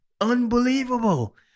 Unbelievable